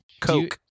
Coke